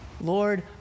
Lord